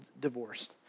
divorced